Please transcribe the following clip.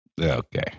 Okay